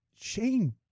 Shane